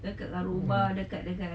mm